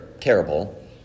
terrible